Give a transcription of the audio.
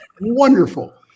wonderful